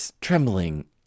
trembling